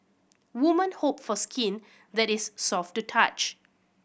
women hope for skin that is soft to touch